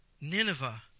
Nineveh